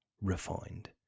refined